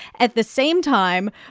at the same time,